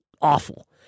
awful